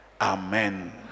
Amen